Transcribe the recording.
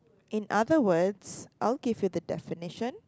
in other words I'll give you the definition